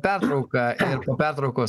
pertrauką ir po pertraukos